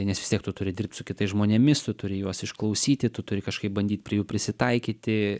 nes vis tiek tu turi dirbt su kitais žmonėmis tu turi juos išklausyti tu turi kažkaip bandyt prie jų prisitaikyti